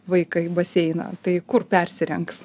vaiką į baseiną tai kur persirengs